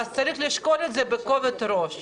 צריך לשקול את זה בכובד ראש.